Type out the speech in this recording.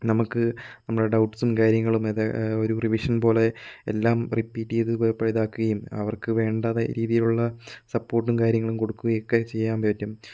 നമക്ക് നമ്മളുടെ ഡൗട്സ് കാര്യങ്ങളും ഇതും ഒരു റിവിഷൻ പോലെ എല്ലാം റിപീറ്റ് ചെയ്ത ഇതാകുകയും അവർക്ക് വേണ്ട രീതിയിൽ ഉള്ള സപ്പോർട്ടും കാര്യങ്ങളും കൊടുക്കുകയൊക്കെ ചെയ്യാൻ പറ്റും